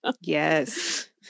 Yes